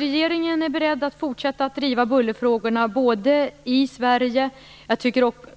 Regeringen är alltså beredd att fortsätta driva bullerfrågorna både i Sverige